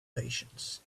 patience